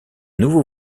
nouveau